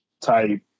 type